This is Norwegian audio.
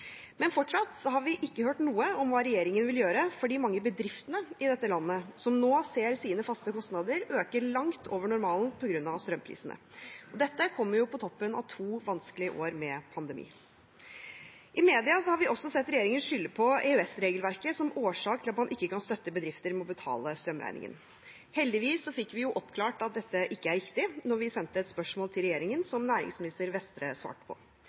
Men fortsatt har vi ikke hørt noe om hva regjeringen vil gjøre for de mange bedriftene i dette landet som nå ser sine faste kostnader øke langt over normalen på grunn av strømprisene. Dette kommer på toppen av to vanskelige år med pandemi. I media har vi også sett regjeringen skylde på EØS-regelverket som årsak til at man ikke kan støtte bedrifter med å betale strømregningen. Heldigvis fikk vi oppklart at dette ikke er riktig da vi sendte et spørsmål til regjeringen, som næringsminister Vestre svarte på.